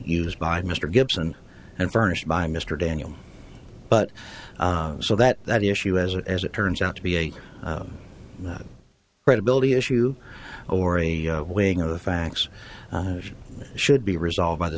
used by mr gibson and furnished by mr daniel but so that that issue as it as it turns out to be a credibility issue or a wing of the facts should be resolved by th